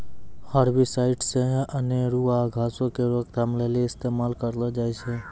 herbicides अनेरुआ घासो के रोकथाम लेली इस्तेमाल करलो जाय छै